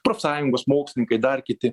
profsąjungos mokslininkai dar kiti